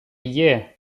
year